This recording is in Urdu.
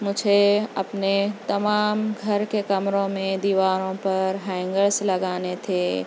مجھے اپنے تمام گھر کے کمروں میں دیواروں پر ہینگرس لگانے تھے